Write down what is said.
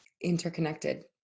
interconnected